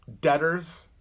debtors